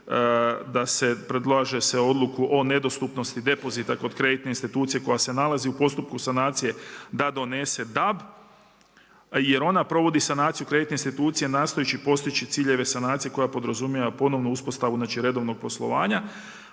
da se predlaže odluku od nedostupnosti depozita kod kreditne institucije koja se nalazi u postupku sanacije da donese DAB jer ona provodi sanaciju kreditne institucije nastojeći postići ciljeve sanacije koja podrazumijeva ponovnu uspostavu znači redovnog poslovanja.